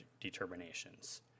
determinations